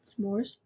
s'mores